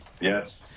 yes